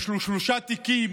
יש לו שלושה תיקים